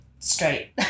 straight